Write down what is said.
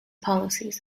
policies